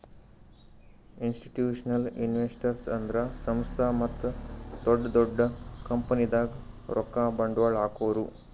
institutional investors ಅಂದ್ರ ಸಂಸ್ಥಾ ಮತ್ತ್ ದೊಡ್ಡ್ ದೊಡ್ಡ್ ಕಂಪನಿದಾಗ್ ರೊಕ್ಕ ಬಂಡ್ವಾಳ್ ಹಾಕೋರು